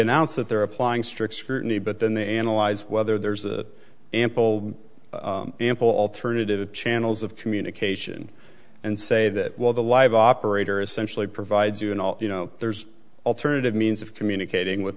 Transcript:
announced that they're applying strict scrutiny but then they analyze whether there's a ample ample alternative channels of communication and say that while the live operator essentially provides you and all you know there's alternative means of communicating with